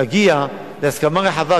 נגיע להסכמה רחבה,